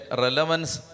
relevance